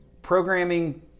Programming